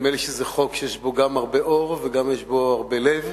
נדמה לי שזה חוק שיש בו גם הרבה אור וגם הרבה לב,